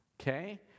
Okay